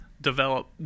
develop